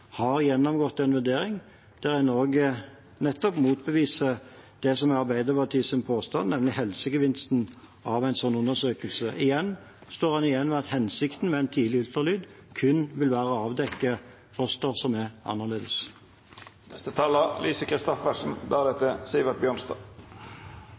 har gjennomgått en vurdering der en også motbeviser det som er Arbeiderpartiets påstand, nemlig helsegevinsten av en slik undersøkelse. Man står igjen med at hensikten med tidlig ultralyd kun vil være å avdekke foster som er